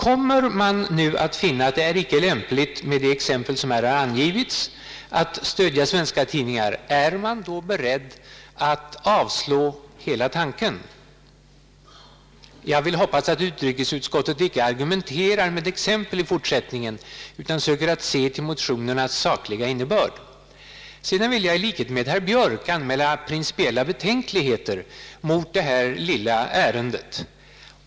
Om man finner att det icke är lämpligt, enligt det exempel som har angivits, att stödja svenska tidningar, är man då beredd att avvisa hela tanken? Jag hoppas att utrikesutskottet icke skall argumentera med exempel i fortsättningen utan försöka se till motionernas sakliga innebörd. Sedan vill jag i likhet med herr Björk anmäla principiella betänkligheter i detta lilla ärende.